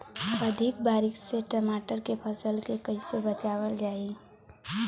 अधिक बारिश से टमाटर के फसल के कइसे बचावल जाई?